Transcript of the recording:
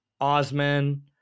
Osman